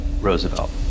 Roosevelt